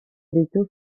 ditu